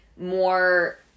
more